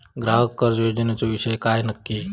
ग्राहक कर्ज योजनेचो विषय काय नक्की?